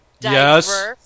yes